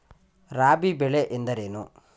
ರಾಬಿ ಬೆಳೆ ಎಂದರೇನು?